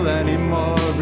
anymore